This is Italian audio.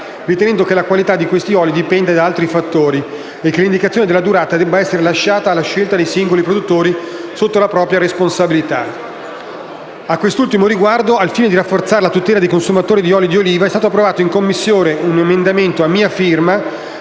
ritenendo che la qualità di questi oli dipenda da altri fattori e che l'indicazione della durata debba essere lasciata alla scelta dei singoli produttori sotto la propria responsabilità. A quest' ultimo riguardo, al fine di rafforzare la tutela dei consumatori di oli di oliva, è stato approvato, in Commissione, un emendamento a mia firma,